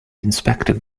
inspected